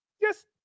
Yes